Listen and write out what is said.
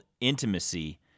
Intimacy